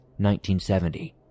1970